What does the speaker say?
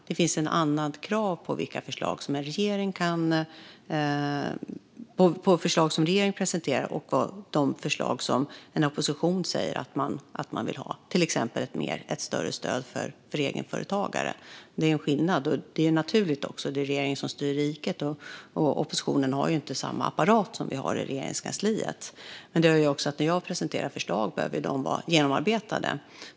Det finns andra krav på de förslag som regeringen presenterar jämfört med de förslag som en opposition presenterar, till exempel om ett större stöd till egenföretagare. Det är en skillnad, och det är naturligt. Det är regeringen som styr riket. Oppositionen har inte samma apparat som vi har i Regeringskansliet. Men detta gör också att när jag presenterar förslag behöver de vara genomarbetade.